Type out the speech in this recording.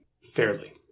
Fairly